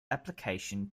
application